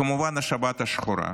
כמובן, השבת השחורה,